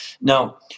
Now